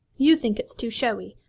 you think it's too showy.